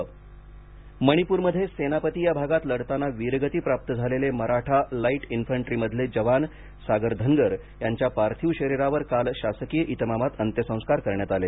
जवान जळगाव अंत्यसंस्कार मणिपूरमध्ये सेनापती या भागात लढताना वीरगती प्राप्त झालेले मराठा लाइट इन्फंट्रीमधले जवान सागर धनगर यांच्या पार्थिव शरीरावर काल शासकीय इतमामात अंत्यसंस्कार करण्यात आले